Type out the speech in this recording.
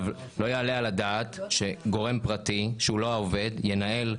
לא יעלה על הדעת שגורם פרטי שהוא לא העובד ינהל,